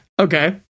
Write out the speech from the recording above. Okay